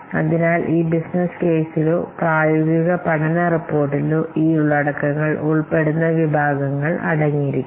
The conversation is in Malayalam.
അതിനാൽ ഈ ബിസിനസ്സ് കേസിലോ പ്രായോഗിക പഠന റിപ്പോർട്ടിലോ ഈ ഉള്ളടക്കങ്ങൾ ഉൾപ്പെടുന്ന വിഭാഗങ്ങൾ അടങ്ങിയിരിക്കണം